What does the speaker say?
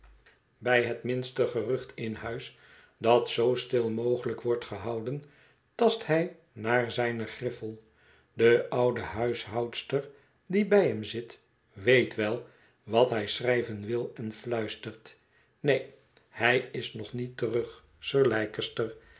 bij het minste gerucht in huis dat zoo stil mogelijk wordt gehouderr tast hij naar zijne griffel de oude huishoudster die bij hem zit weet wel wat hij schrijven wil en fluistert neen hij is nog niet terug